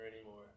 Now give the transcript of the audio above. anymore